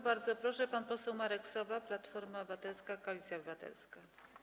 Bardzo proszę, pan poseł Marek Sowa, Platforma Obywatelska - Koalicja Obywatelska.